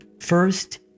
First